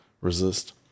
resist